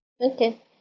Okay